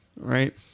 Right